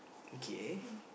okay